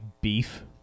beef